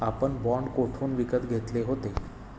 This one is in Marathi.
आपण बाँड कोठून विकत घेतले होते?